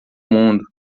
mundo